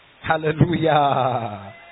Hallelujah